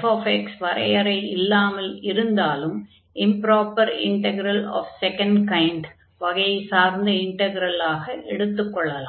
fx வரையறை இல்லாமல் இருந்தாலும் improper integral of second kind வகையைச் சார்ந்த இன்டக்ரலாக எடுத்துக் கொள்ளலாம்